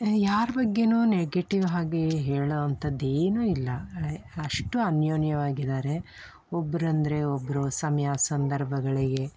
ಯಾರು ಬಗ್ಗೆಯೂ ನೆಗೆಟಿವ್ ಹಾಗೆ ಹೇಳೋ ಅಂಥದ್ದು ಏನೂ ಇಲ್ಲ ಅಯ್ ಅಷ್ಟು ಅನ್ಯೋನ್ಯವಾಗಿದ್ದಾರೆ ಒಬ್ರು ಅಂದರೆ ಒಬ್ಬರು ಸಮಯ ಸಂದರ್ಭಗಳಿಗೆ